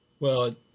well,